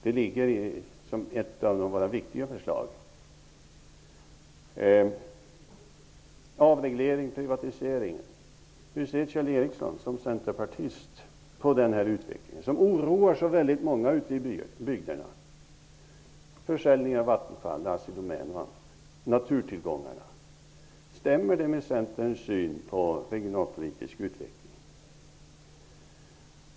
Detta är ett av våra viktiga förslag. Hur ser Kjell Ericsson som centerpartist på utvecklingen av avregleringen och privatiseringen? Dessa frågor oroar så många ute i bygderna. Det är fråga om försäljning av Stämmer detta med Centerns syn på regionalpolitisk utveckling?